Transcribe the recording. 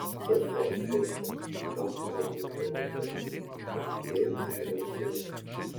bendrovei reikia štampuotojų elektros skaitiklių surinkėjų reguliuotojų